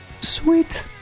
Sweet